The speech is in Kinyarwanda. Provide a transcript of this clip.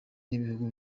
n’ibihugu